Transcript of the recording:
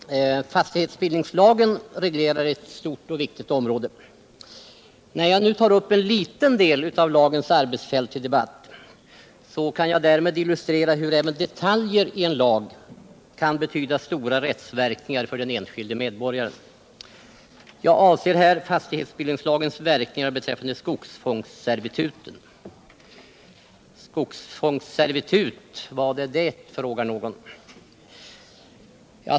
Herr talman! Fastighetsbildningslagen reglerar ett stort och viktigt område. När jag nu tar upp en liten del av lagens arbetsfält till debatt, så kan jag därmed illustrera hur även detaljer i en lag kan betyda stora rättsverkningar för den enskilde medborgaren. Jag avser här fastighetsbildningslagens verkningar beträffande skogsfångsservituten. Skogsfångsservitut, vad är det? frågar någon.